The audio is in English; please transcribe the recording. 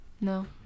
No